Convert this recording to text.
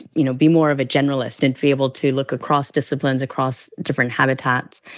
you know, be more of a generalist and be able to look across disciplines, across different habitats.